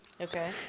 Okay